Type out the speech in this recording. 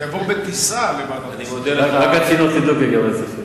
זה יעבור בטיסה לוועדת הכספים.